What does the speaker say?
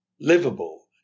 livable